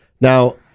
now